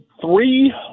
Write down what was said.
three